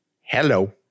hello